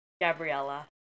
Gabriella